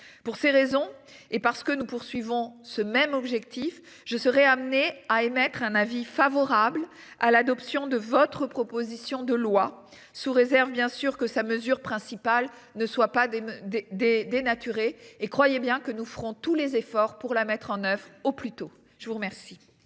pour ces raisons et parce que nous poursuivons ce même objectif je serai amené à émettre un avis favorable à l'adoption de votre proposition de loi, sous réserve bien sûr que sa mesure principale ne soit pas des des des dénaturé et croyez bien que nous ferons tous les efforts pour la mettre en oeuvre au plus tôt. Je vous remercie.